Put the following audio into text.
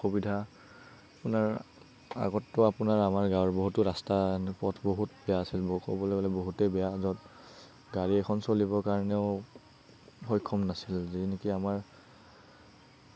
অসুবিধা আপোনাৰ আগততো আপোনাৰ আমাৰ গাওঁবোৰৰ বহুতো ৰাস্তা পথ বহুত বেয়া আছিল ক'ব গ'লে বহুতেই বেয়া য'ত গাড়ী এখন চলিবৰ কাৰণেও সক্ষম নাছিলে যি নেকি আমাৰ